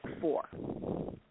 four